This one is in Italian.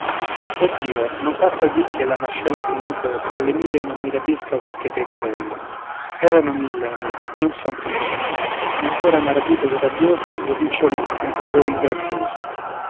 dio non passa dì che la mascella del lupo fra le mille non mi rapisca qualche pecorella erano mille ahimè non son più mille e ancora m'ha rapito quel rabbioso il ricciolin un pecorin grazioso